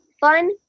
fun